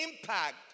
impact